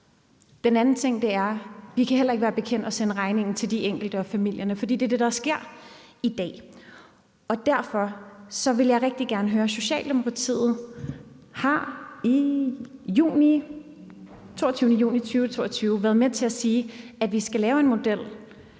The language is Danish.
Det andet er, at vi heller ikke kan være bekendt at sende regningen til de enkelte og familierne, for det er det, der sker i dag. Derfor vil jeg rigtig gerne høre Socialdemokratiet, der den 22. juni 2022 har været med til at sige, at vi skal lave en model: